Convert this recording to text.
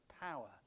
power